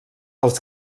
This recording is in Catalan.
els